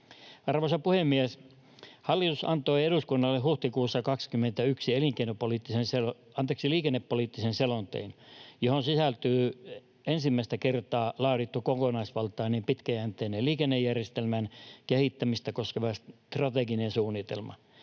Arvoisa puhemies! Hallitus antoi eduskunnalle huhtikuussa 21 liikennepoliittisen selonteon, johon sisältyy ensimmäistä kertaa laadittu kokonaisvaltainen, pitkäjänteinen liikennejärjestelmän kehittämistä koskeva strateginen suunnitelma.